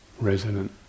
Resonant